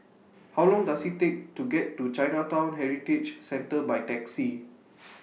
How Long Does IT Take to get to Chinatown Heritage Centre By Taxi